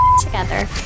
together